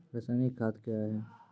रसायनिक खाद कया हैं?